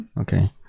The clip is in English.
Okay